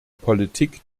politik